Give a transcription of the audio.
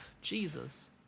Jesus